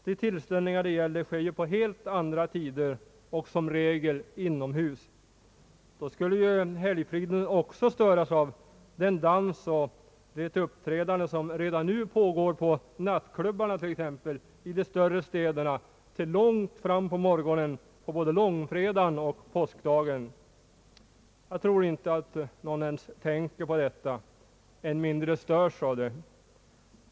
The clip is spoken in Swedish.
De tillställningar det gäller sker på helt andra tider och som regel inomhus, Då skulle helgfriden också störas av den dans och de uppträdanden som redan nu pågår t.ex. på nattklubbarna i de större städerna till långt fram på morgonen på både långfredagen och påskdagen. Jag tror inte att någon ens tänker på detta, än mindre störs av det.